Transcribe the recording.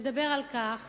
מדבר על כך